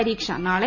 പരീക്ഷ നാളെ